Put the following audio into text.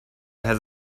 has